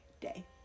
day